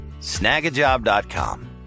Snagajob.com